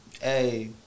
hey